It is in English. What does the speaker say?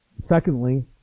Secondly